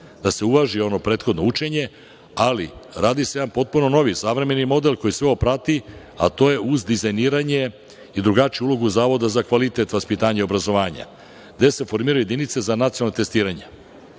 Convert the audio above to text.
da se uvaži ono prethodno učenje, ali radi se jedan potpuno novi, savremeni model, koji sve ovo prati, a to je uz dizajniranje i drugačiju ulogu Zavoda za kvalitet vaspitanja i obrazovanja, gde se formiraju jedinice za nacionalno testiranje. Znači,